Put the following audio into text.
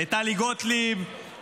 לטלי גוטליב,